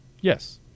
yes